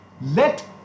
let